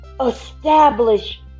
establish